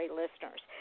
listeners